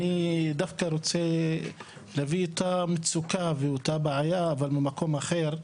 אני דווקא רוצה להביא את המצוקה ואת הבעיה ממקום אחר.